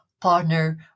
partner